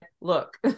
look